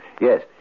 Yes